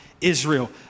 Israel